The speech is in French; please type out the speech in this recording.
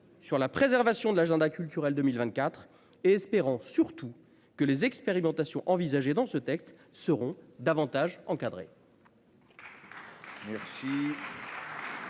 sur la préservation de l'agenda culturel 2024 et espérant surtout que les expérimentations. Dans ce texte seront davantage encadrées.